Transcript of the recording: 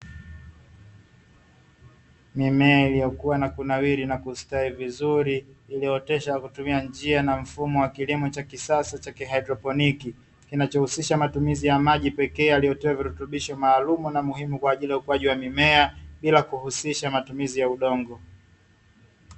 Mimea iliyokuwa na kunawiri na kustawi vizuri iliyooteshwa kutumia njia na mfumo wa kilimo cha kisasa haidroponi, kinachohusisha matumizi ya maji pekee yaliotiwa virutubisho maalum na muhimu kwa ajili ukuaji wa mimea bila kuhusisha matumizi ya udongo.